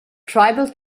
tribal